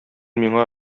миңа